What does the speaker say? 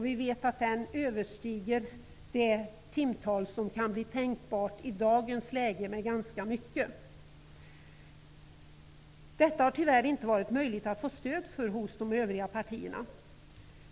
Vi vet att det ganska mycket överstiger det timtal som kan bli tänkbart i dagens läge. Detta har det tyvärr inte varit möjligt att få stöd för hos de övriga partierna.